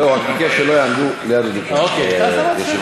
אני רק מבקש שלא יעמדו ליד השולחן של היושב-ראש.